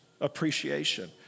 Appreciation